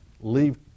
leave